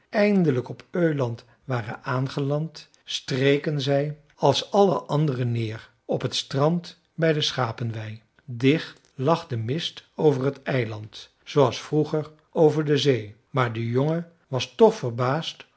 eindelijk op öland waren aangeland streken zij als alle andere neer op het strand bij de schapenwei dicht lag de mist over het eiland zooals vroeger over de zee maar de jongen was toch verbaasd